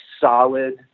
solid